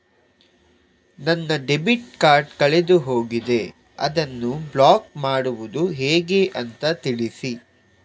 ನನ್ನ debit card ಕಳೆದು ಹೋಗಿದೆ, ಅದನ್ನು ಬ್ಲಾಕ್ ಮಾಡುವುದು ಹೇಗೆ ಅಂತ ತಿಳಿಸಿ?